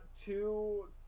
two